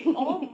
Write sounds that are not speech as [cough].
[noise]